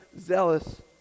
zealous